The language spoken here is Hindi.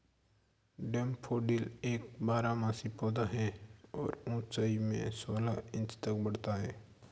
डैफोडिल एक बारहमासी पौधा है और ऊंचाई में सोलह इंच तक बढ़ता है